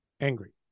Angry